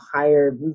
higher